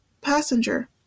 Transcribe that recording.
Passenger